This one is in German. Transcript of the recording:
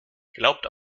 glaubt